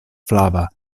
flava